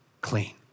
clean